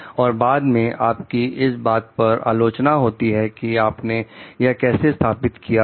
और बाद में आपकी इस बात पर आलोचना होती है कि आपने यह कैसे स्थापित किया है